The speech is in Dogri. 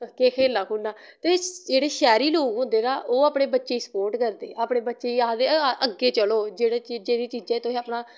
केह् खेलना खुलना ते जेह्ड़ी शैह्री लोग होंदे ना ओह् अपने बच्चे गी सपोर्ट करदे अपने बच्चे गी आखदे अग्गे चलो जेह्ड़ी चीजै च तुसैं अपना